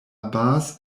base